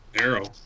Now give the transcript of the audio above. Arrow